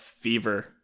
fever